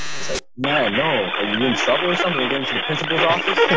it's like, man, no, are you you're in trouble or something. you're going to the principal's office.